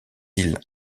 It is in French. ils